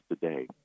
today